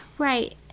Right